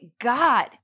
God